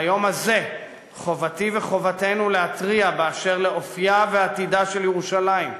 ביום הזה חובתי וחובתנו להתריע באשר לאופייה ולעתידה של ירושלים,